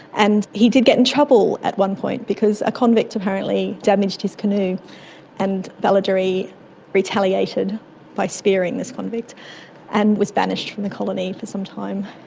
and he did get in trouble at one point because a convict apparently damaged his canoe and balloderree retaliated by spearing this convict and was banished from the colony for some time.